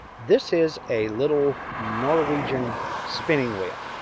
this is a little norwegian spinning wheel.